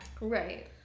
Right